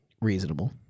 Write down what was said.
Reasonable